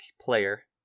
player